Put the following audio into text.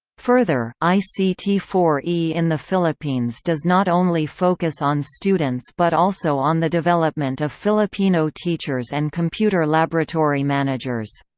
further, i c t four e in the philippines does not only focus on students but also on the development of filipino teachers and computer laboratory managers.